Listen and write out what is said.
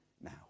now